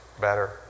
better